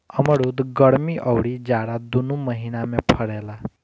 अमरुद गरमी अउरी जाड़ा दूनो महिना में फरेला